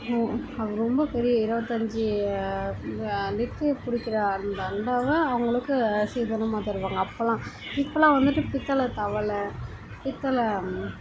அது ரொம்ப பெரிய இருபத்தஞ்சி லிட்ரு பிடிக்கிற அந்த அண்டாவை அவங்களுக்கு சீதனமாக தருவாங்க அப்போல்லாம் இப்போல்லாம் வந்துட்டு பித்தளை தவழை பித்தளை